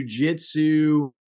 jujitsu